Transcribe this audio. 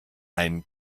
einen